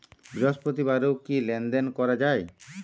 বৃহস্পতিবারেও কি লেনদেন করা যায়?